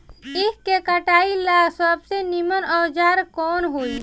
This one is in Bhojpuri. ईख के कटाई ला सबसे नीमन औजार कवन होई?